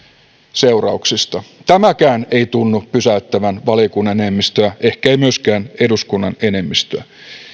seurauksista tämäkään ei tunnu pysäyttävän valiokunnan enemmistöä ehkei myöskään eduskunnan enemmistöä